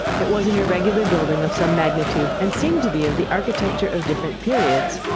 it was an irregular building of some magnitude, and seemed to be of the architecture of different periods.